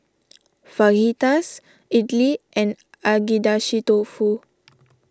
Fajitas Idili and Agedashi Dofu